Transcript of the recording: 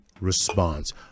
response